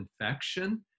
infection